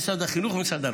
משרד החינוך ומשרד הרווחה.